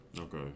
Okay